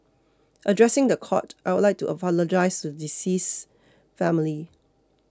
addressing the court I would like to apologise to the deceased's family